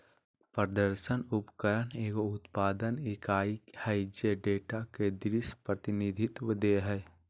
प्रदर्शन उपकरण एगो उत्पादन इकाई हइ जे डेटा के दृश्य प्रतिनिधित्व दे हइ